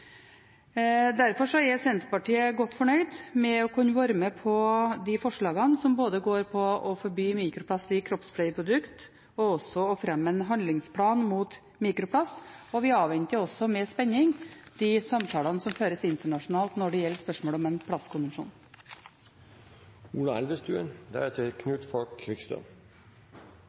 Derfor er Senterpartiet godt fornøyd med å kunne være med på de forslagene som går på å forby mikroplast i kroppspleieprodukter, og også på å fremme en handlingsplan mot mikroplast. Vi avventer også med spenning de samtalene som føres internasjonalt når det gjelder spørsmålet om en plastkonvensjon.